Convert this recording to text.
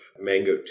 Mango